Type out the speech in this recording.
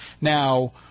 now